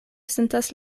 sentas